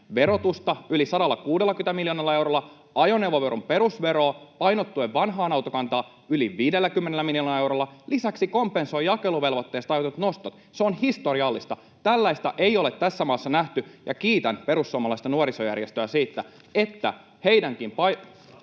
yli 160 miljoonalla eurolla, ajoneuvoveron perusveroa painottuen vanhaan autokantaan yli 50 miljoonalla eurolla, lisäksi kompensoi jakeluvelvoitteesta aiheutuvat nostot — on historiallinen. Tällaista ei ole tässä maassa nähty, ja kiitän perussuomalaista nuorisojärjestöä siitä, että heidänkin